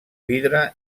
vidre